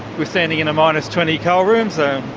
we're standing in a minus twenty cold room, so,